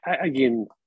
Again